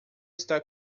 está